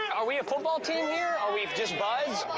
are we a football team here? are we just buds?